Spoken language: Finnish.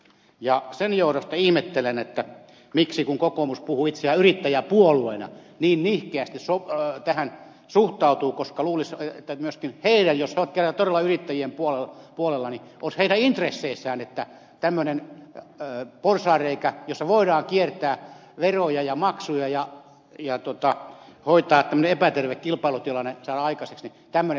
ja sen johdosta ihmettelen miksi kokoomus kun kokoomus puhuu itsestään yrittäjäpuolueena niin nihkeästi tähän suhtautuu koska luulisi että myöskin heidän jos he ovat kerran todella yrittäjien puolella intresseissään olisi että tämmöinen porsaanreikä jossa voidaan kiertää veroja ja maksuja ja tämmöinen epäterve kilpailutilanne saada aikaiseksi voitaisiin estää